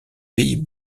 pays